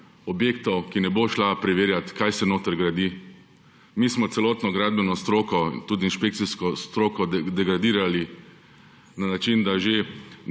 objektov, ki ne bo šla preverjat, kaj se notri gradi. Mi smo celotno gradbeno stroko, tudi inšpekcijsko stroko, degradirali na način, da se